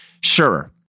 sure